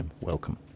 welcome